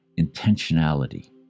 intentionality